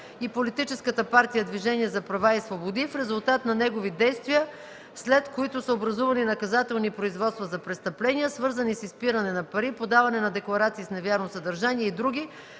и Политическата партия „Движение за права и свободи”, в резултат на негови действия, след които са образувани наказателни производства за престъпления, свързани с изпиране на пари, подаване на декларации с невярно съдържание и други,